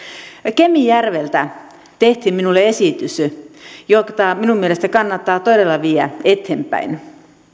kemijärveltä tehtiin minulle esitys jota minun mielestäni kannattaa todella viedä eteenpäin